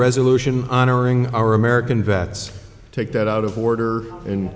resolution honoring our american vets take that out of order in